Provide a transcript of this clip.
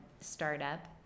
startup